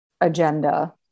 agenda